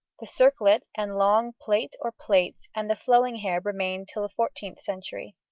the circlet and long plait or plaits and the flowing hair remained till the fourteenth century.